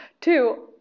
two